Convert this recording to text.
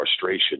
frustration